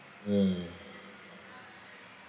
mm